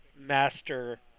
master